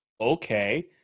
Okay